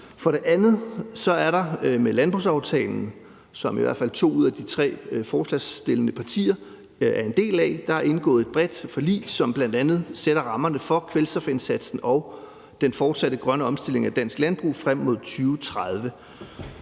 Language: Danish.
For det andet er der med landbrugsaftalen, som i hvert fald to ud af de tre forslagsstillende partier er en del af, indgået et bredt forlig, som bl.a. sætter rammerne for kvælstofindsatsen og den fortsatte grønne omstilling af dansk landbrug frem mod 2030.